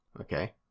Okay